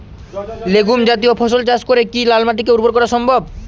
Legume জাতীয় ফসল চাষ করে কি লাল মাটিকে উর্বর করা সম্ভব?